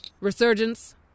Resurgence